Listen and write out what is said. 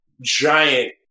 giant